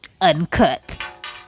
uncut